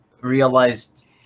realized